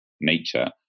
nature